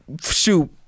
Shoot